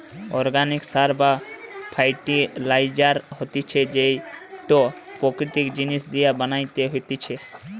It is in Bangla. অর্গানিক সার বা ফার্টিলাইজার হতিছে যেইটো প্রাকৃতিক জিনিস দিয়া বানানো হতিছে